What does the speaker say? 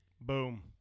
Boom